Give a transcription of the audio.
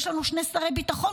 יש לנו שני שרי ביטחון,